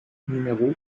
numéro